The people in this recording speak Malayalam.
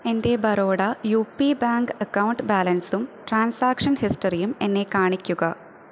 എൻ്റെ Baroda U P bank account ബാലൻസും ട്രാൻസാക്ഷൻ ഹിസ്റ്ററിയും എന്നെ കാണിക്കുക